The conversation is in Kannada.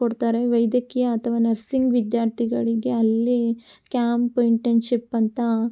ಕೊಡ್ತಾರೆ ವೈದ್ಯಕೀಯ ಅಥವಾ ನರ್ಸಿಂಗ್ ವಿದ್ಯಾರ್ಥಿಗಳಿಗೆ ಅಲ್ಲಿ ಕ್ಯಾಂಪ್ ಇಂಟರ್ನ್ಶಿಪ್ ಅಂತ